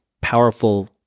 powerful